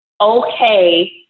okay